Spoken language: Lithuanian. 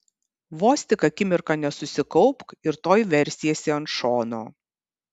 vos tik akimirką nesusikaupk ir tuoj versiesi ant šono